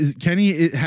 Kenny